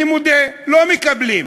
אני מודה, לא מקבלים.